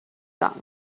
that